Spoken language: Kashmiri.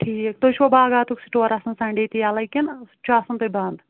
ٹھیٖک تۄہہِ چھُوا باغاتُک سِٹور آسان سنٛڈے تہِ یَلے کِنہٕ سُہ تہِ چھُ آسان تۄہہِ بنٛد